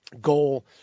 goal